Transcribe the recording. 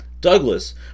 Douglas